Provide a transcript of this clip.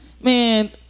man